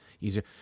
easier